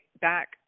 back